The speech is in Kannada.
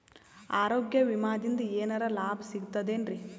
ಆರೋಗ್ಯ ವಿಮಾದಿಂದ ಏನರ್ ಲಾಭ ಸಿಗತದೇನ್ರಿ?